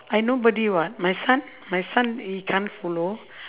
I nobody [what] my son my son he can't follow